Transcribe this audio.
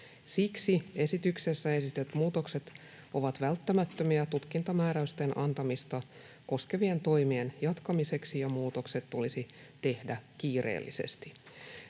Siksi esityksessä esitetyt muutokset ovat välttämättömiä tutkintamääräysten antamista koskevien toimien jatkamiseksi, ja muutokset tulisi tehdä kiireellisesti.